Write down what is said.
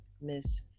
Miss